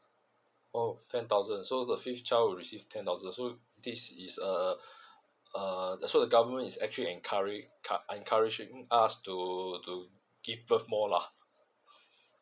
oo ten thousand so the fifth child will receive ten thousand so this is a a so the government is actually encourage encouraging us to to give birth more lah